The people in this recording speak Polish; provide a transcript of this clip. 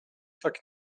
tak